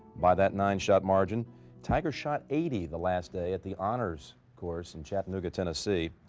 by that nine-shot margin tiger shot eighty the last day at the honors course in chattanooga tennessee.